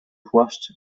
płaszcz